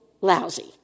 lousy